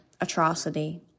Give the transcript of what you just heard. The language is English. atrocity